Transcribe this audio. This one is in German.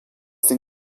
den